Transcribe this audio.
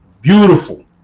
beautiful